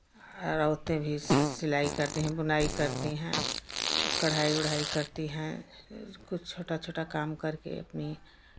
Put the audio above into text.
और औरतें भी सिलाई करती हैं बुनाई करती हैं और कढ़ाई उढ़ाई करती हैं कुछ छोटा छोटा काम करके अपनी